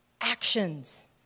actions